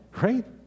right